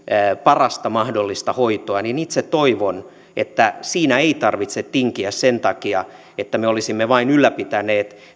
parasta mahdollista hoitoa niin itse toivon että siinä ei tarvitse tinkiä sen takia että me olisimme vain ylläpitäneet